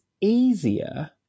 easier